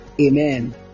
Amen